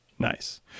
Nice